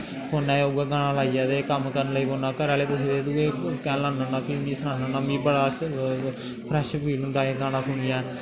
फोनै च उ'ऐ गाना लाइयै ते कम्म करन लगी पौन्ना घर आह्ले पुच्छदे तूं एह् कैं लान्ना होन्ना फ्ही मीं सनाना होन्नां मीं बड़ा फ्रैश फील होंदा एह् गाना सुनियै